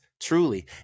Truly